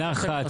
עם נחת,